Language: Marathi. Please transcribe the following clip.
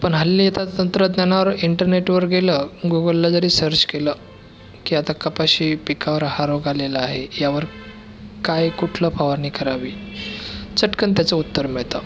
पण हल्ली आता तंत्रज्ञानावर इंटरनेटवर गेलं गुगलला जरी सर्च केलं की आता कपाशी पिकांवर हा रोग आलेला आहे यावर काय कुठलं फवारणी करावी चटकन त्याचं उत्तर मिळतं